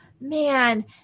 man